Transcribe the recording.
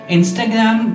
Instagram